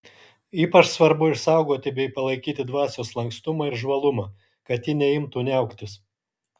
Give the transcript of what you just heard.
ypač svarbu išsaugoti bei palaikyti dvasios lankstumą ir žvalumą kad ji neimtų niauktis